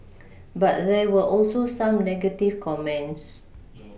but there were also some negative comments